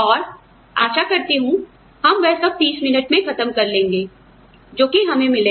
और आशा करती हूं हम वह सब 30 मिनट में खत्म कर लेंगे जो कि हमें मिलेगा